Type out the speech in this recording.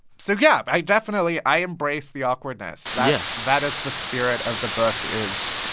so yeah, i definitely i embrace the awkwardness yeah that is the spirit of the book is,